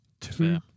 Two